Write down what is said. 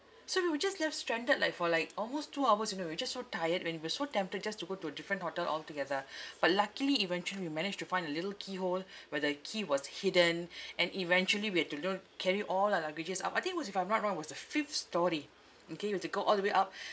so we were just left stranded like for like almost two hours you know we're just so tired when we were so tempted just to go to a different hotel altogether but luckily eventually we managed to find a little keyhole where the key was hidden and eventually we had to carry all our luggages up I think it was if I'm not wrong it was a fifth storey okay we have to go all the way up